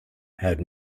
had